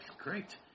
great